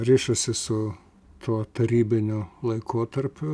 rišosi su tuo tarybiniu laikotarpiu